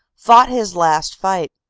fought his last fight.